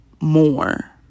more